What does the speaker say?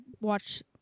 watch